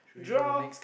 draw